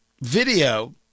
video